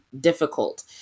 difficult